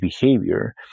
behavior